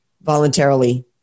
voluntarily